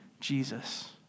Jesus